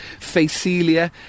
Facelia